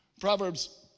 Proverbs